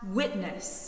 witness